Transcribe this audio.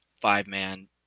five-man